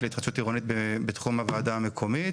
להתחדשות עירונית בתחום הוועדה המקומית.